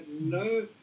no